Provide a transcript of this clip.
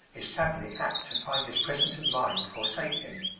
is sadly apt to find his presence of mind forsake him,